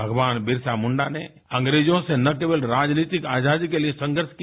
भगवान बिरसा मुंडा ने अंग्रेजों से न केवल राजनीतिक आजादी के लिए संघर्ष किया